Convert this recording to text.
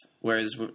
whereas